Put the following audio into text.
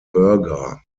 burger